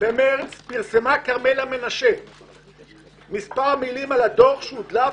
פרסמה כרמלה מנשה מספר מילים על הדוח שהודלף